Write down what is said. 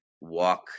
walk